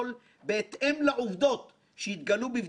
ואני קורא לרשות לפרסם ממצאי בדיקה זו.